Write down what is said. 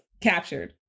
captured